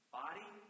body